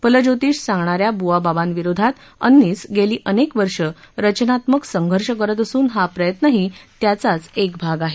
फलज्योतिष सांगणा या बुवाबाबांविरोधात अंनिस गेली अनेक वर्ष रचनात्मक संघर्ष करत असून हा प्रयत्नही त्याचाच एक भाग आहे